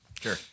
Sure